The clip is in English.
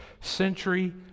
century